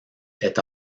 est